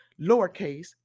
lowercase